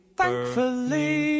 thankfully